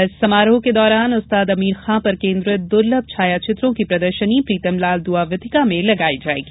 इस समारोह के दौरान उस्ताद अमीर खाँ पर केन्द्रित दुर्लभ छायाचित्रों की प्रदर्शनी प्रीतमलाल दुआ वीथिका में लगाई जायेगी